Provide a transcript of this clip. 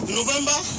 november